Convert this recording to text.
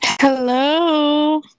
Hello